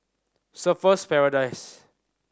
Surfer's Paradise